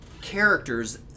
Characters